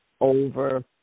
over